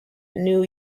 new